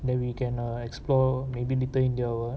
then we can uh explore maybe little india or what